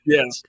Yes